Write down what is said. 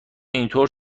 اینطور